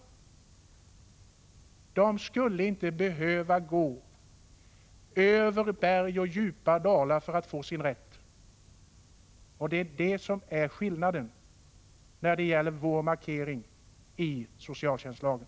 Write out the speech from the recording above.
De skulle inte behöva gå över berg och djupa dalar för att hävda sin rätt. Det är detta som är skillnaden när det gäller vår markering i socialtjänstlagen.